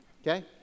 Okay